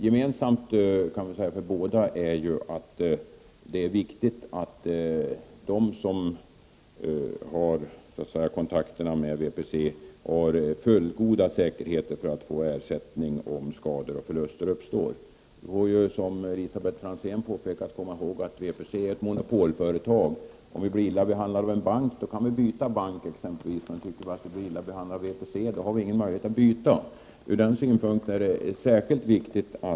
Gemensamt för båda reservationerna är att det är viktigt att de som har kontakterna med VPC har fullgoda säkerheter för att få ersättning om skador och förluster uppstår. Vi måste, som Elisabet Franzén påpekade, komma ihåg att VPC är ett monopolföretag. Om vi blir illa behandlade av en bank kan vi byta bank, men om vi blir illa behandlade av VPC har vi inte någon möjlighet att byta. Ur den synpunkten är det särskilt viktigt att skade — Prot.